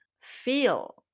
feel